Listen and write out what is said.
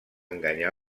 enganyar